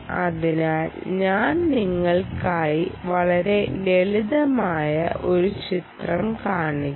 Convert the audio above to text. അതിനാൽ ഞാൻ നിങ്ങൾക്കായി വളരെ ലളിതമായ ഒരു ചിത്രം കാണിക്കാം